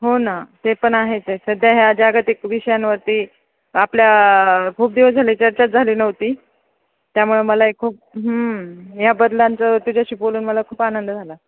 हो ना ते पण आहेच आहे सध्या ह्या जागतिक विषयांवरती आपल्या खूप दिवस झाले चर्चाच झाली नव्हती त्यामुळे मला एक खूप या बदलांचं तुझ्याशी बोलून मला खूप आनंद झाला